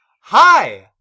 Hi